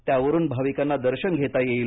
त्यावरून भाविकांना दर्शन घेता येईल